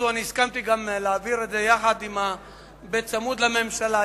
הסכמתי להעביר את זה בצמוד לממשלה,